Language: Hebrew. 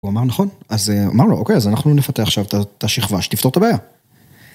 הוא אמר נכון, אז אמר לו אוקיי אז אנחנו נפתח עכשיו את השכבה שתפתור את הבעיה.